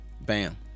bam